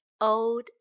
old